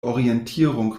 orientierung